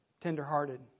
tenderhearted